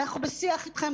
אנחנו בשיח איתכם.